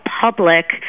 public